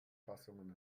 fassungen